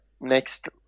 next